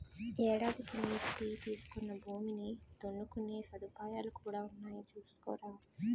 ఏడాదికి లీజుకి తీసుకుని భూమిని దున్నుకునే సదుపాయాలు కూడా ఉన్నాయి చూసుకోరా